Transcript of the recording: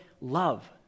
love